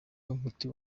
umuti